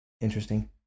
interesting